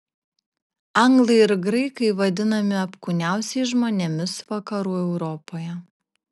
anglai ir graikai vadinami apkūniausiais žmonėmis vakarų europoje